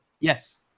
Yes